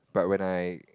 but when I